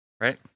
right